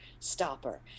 stopper